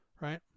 Right